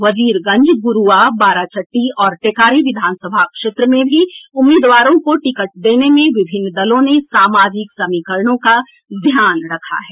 वजीरगंज गुरुआ बाराचट्टी और टेकारी विधान सभा क्षेत्र में भी उम्मीदवारों को टिकट देने में विमिन्न दलों ने सामाजिक समीकरणों का ध्यान रखा है